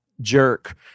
jerk